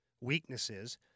weaknesses